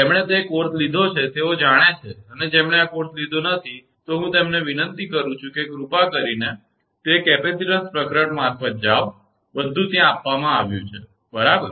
જેમણે તે કોર્સ લીધો છે તેઓ તે જાણે છે અને જેમણે આ કોર્સ લીધો નથી તો હું તેમને વિનંતી કરું છું કે કૃપા કરીને તે કેપેસિટીન્સ પ્રકરણ મારફતે જાઓ બધુ આપવામાં આવ્યું છે બરાબર